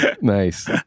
Nice